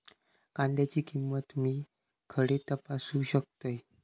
कांद्याची किंमत मी खडे तपासू शकतय?